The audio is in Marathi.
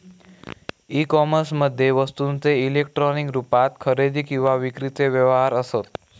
ई कोमर्समध्ये वस्तूंचे इलेक्ट्रॉनिक रुपात खरेदी किंवा विक्रीचे व्यवहार असत